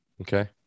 Okay